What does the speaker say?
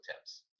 tips